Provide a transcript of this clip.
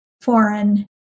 foreign